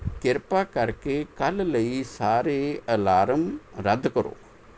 ਕਿਰਪਾ ਕਰਕੇ ਕੱਲ੍ਹ ਲਈ ਸਾਰੇ ਅਲਾਰਮ ਰੱਦ ਕਰੋ